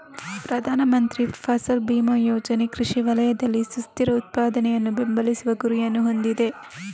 ಪ್ರಧಾನ ಮಂತ್ರಿ ಫಸಲ್ ಬಿಮಾ ಯೋಜನೆ ಕೃಷಿ ವಲಯದಲ್ಲಿ ಸುಸ್ಥಿರ ಉತ್ಪಾದನೆಯನ್ನು ಬೆಂಬಲಿಸುವ ಗುರಿಯನ್ನು ಹೊಂದಿದೆ